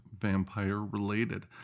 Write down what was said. vampire-related